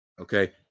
okay